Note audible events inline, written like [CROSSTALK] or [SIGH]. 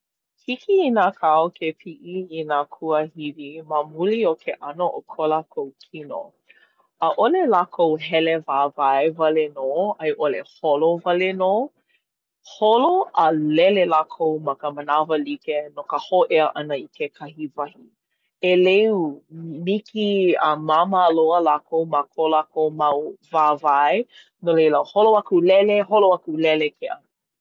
Hiki i nā kao ke piʻi i nā kuahiwi ma muli o ke ʻano o ko lākou kino. ʻAʻole lākou hele wāwae wale nō a i ʻole holo wale nō. Holo a lele lākou ma ka manawa like no ka hōʻea ʻana i kekahi wahi. ʻEleu, [HESITATION] miki, a māmā loa lākou ma ko lākou mau [HESITATION] wāwae. No leila, holo aku lele, holo aku lele ke ʻano.